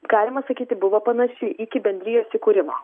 galima sakyti buvo panaši iki bendrijos įkūrimo